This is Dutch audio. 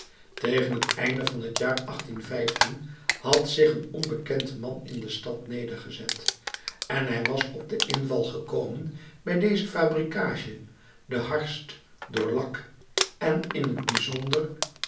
tegen het einde van t jaar had zich een onbekend man in de stad nedergezet en hij was op den inval gekomen bij deze fabrikage de harst door lak en in t bijzonder